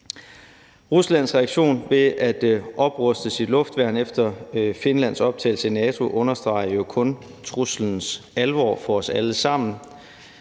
Ruslands reaktion ved at opruste sit luftværn efter Finlands optagelse i NATO understreger jo kun truslens alvor for os alle sammen.